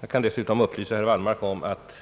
Jag kan dessutom upplysa herr Wallmark om att